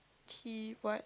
T what